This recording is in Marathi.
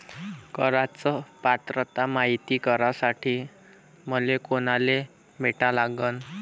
कराच पात्रता मायती करासाठी मले कोनाले भेटा लागन?